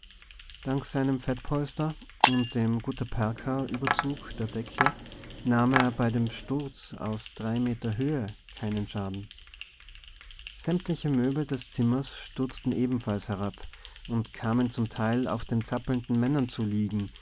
dank seinem fettpolster und dem guttaperchaüberzug der decke nahm er bei dem sturz aus drei meter höhe keinen schaden sämtliche möbel des zimmers stürzten ebenfalls herab und kamen zum teil auf die zappelnden männer zu liegen